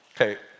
Okay